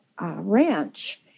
ranch